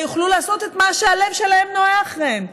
אלא יוכלו לעשות את מה שהלב שלהם נוהה אחריו,